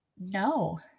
no